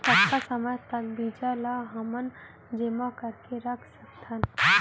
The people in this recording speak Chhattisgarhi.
कतका समय तक बीज ला हमन जेमा करके रख सकथन?